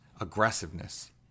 aggressiveness